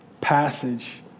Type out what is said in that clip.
passage